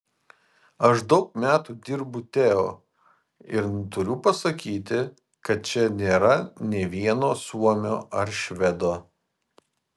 aš daug metų dirbu teo ir turiu pasakyti kad čia nėra nė vieno suomio ar švedo